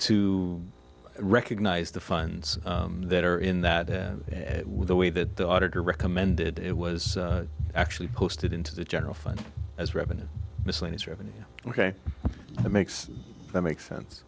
to recognise the funds that are in that and the way that the auditor recommended it was actually posted into the general fund as revenue miscellaneous revenue ok that makes that makes sense